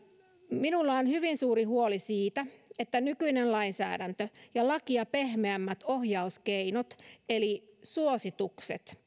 minulla on hyvin suuri huoli siitä että nykyinen lainsäädäntö ja lakia pehmeämmät ohjauskeinot eli suositukset